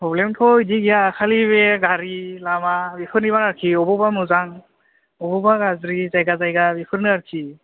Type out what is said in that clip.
प्रब्लेमथ' बिदि गैया खालि बे गारि लामा बेफोरनि बाखि अबावबा मोजां अबावबा गाज्रि जायगा जायगा बेफोरनो आरोखि